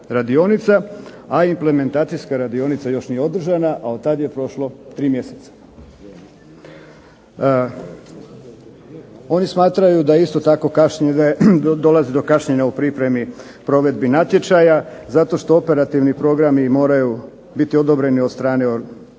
a implementacijska radionica nije još održana, a od tada je prošlo 3 mjeseca. Oni smatraju isto tako da dolazi do kašnjenja u pripremi provedbi natječaja, zato što operativni programi moraju biti od strane tijela